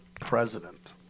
president